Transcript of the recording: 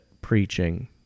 preaching